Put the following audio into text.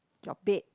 your bed